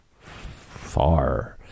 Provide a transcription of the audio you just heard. far